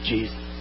Jesus